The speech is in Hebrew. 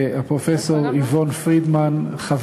והפרופסור איוון פרידמן, חברה.